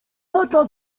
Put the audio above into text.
lata